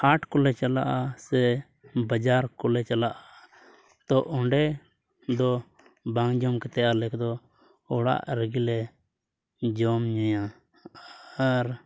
ᱦᱟᱴ ᱠᱚᱞᱮ ᱪᱟᱞᱟᱜᱼᱟ ᱥᱮ ᱵᱟᱡᱟᱨ ᱠᱚᱞᱮ ᱪᱟᱞᱟᱜᱼᱟ ᱛᱚ ᱚᱸᱰᱮ ᱫᱚ ᱵᱟᱝ ᱡᱚᱢ ᱠᱟᱛᱮᱫ ᱟᱞᱮ ᱠᱚᱫᱚ ᱚᱲᱟᱜ ᱨᱮᱜᱮᱞᱮ ᱡᱚᱢ ᱧᱩᱭᱟ ᱟᱨ